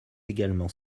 également